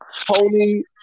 Tony